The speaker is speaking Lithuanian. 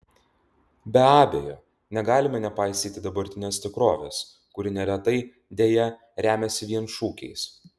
be abejo negalime nepaisyti dabartinės tikrovės kuri neretai deja remiasi vien šūkiais